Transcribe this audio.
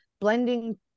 blending